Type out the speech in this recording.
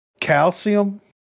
calcium